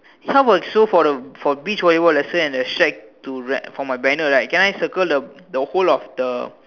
how about so for the for beach volleyball lesson and the shack to rent for my banner right can I circle the the whole of the